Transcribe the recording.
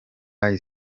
riley